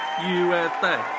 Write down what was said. USA